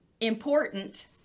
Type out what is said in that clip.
important